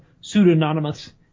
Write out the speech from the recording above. pseudonymous